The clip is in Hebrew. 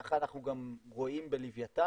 ככה אנחנו גם רואים בלווייתן.